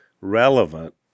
relevant